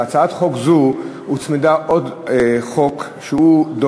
להצעת חוק זו הוצמדה עוד הצעת חוק,